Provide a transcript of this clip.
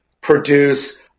produce